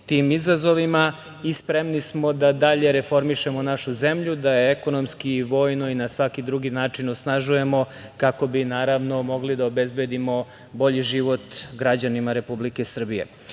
tim izazovima i spremni smo da dalje reformišemo našu zemlju, da je ekonomski, vojno i na svaki drugi način osnažujemo, kako bi, naravno, mogli da obezbedimo bolji život građanima Republike Srbije. Moram